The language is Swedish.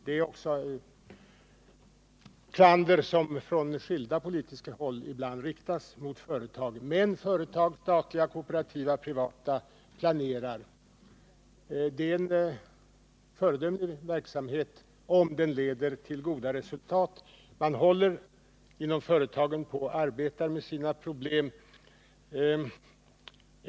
Det är också ett klander som från skilda politiska håll ibland riktas mot företagen. Men företag — statliga, kooperativa, privata — planerar. Det är en föredömlig verksamhet om den leder till goda resultat. Inom företagen arbetar man med sina problem.